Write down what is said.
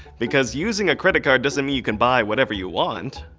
because using a credit card doesn't mean you can buy whatever you want.